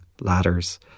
ladders